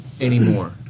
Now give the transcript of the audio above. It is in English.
anymore